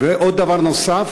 ודבר נוסף,